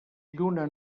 lluna